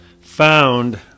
found